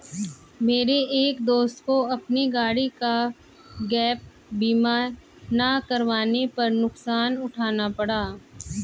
मेरे एक दोस्त को अपनी गाड़ी का गैप बीमा ना करवाने पर नुकसान उठाना पड़ा